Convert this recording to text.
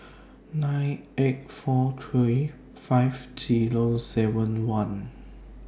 nine eight four three five Zero seven one